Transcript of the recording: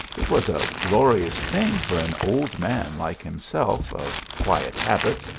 it was a glorious thing for an old man like himself, of quiet habits,